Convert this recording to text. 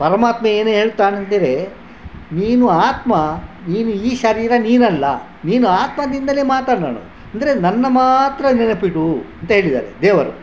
ಪರಮಾತ್ಮ ಏನು ಹೇಳ್ತಾನೆ ಅಂದರೆ ನೀನು ಆತ್ಮ ನೀನು ಈ ಶರೀರ ನೀನಲ್ಲ ನೀನು ಆತ್ಮದಿಂದಲೇ ಮಾತನಾಡು ಅಂದರೆ ನನ್ನ ಮಾತ್ರ ನೆನಪಿಡು ಅಂತ ಹೇಳಿದ್ದಾರೆ ದೇವರು